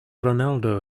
ronaldo